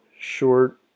short